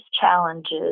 challenges